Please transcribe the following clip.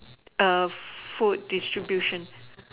err food distribution